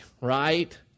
right